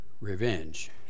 revenge